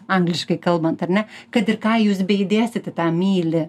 angliškai kalbant ar ne kad ir ką jūs beįdėsit į tą myli